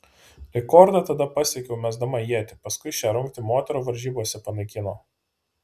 rekordą tada pasiekiau mesdama ietį paskui šią rungtį moterų varžybose panaikino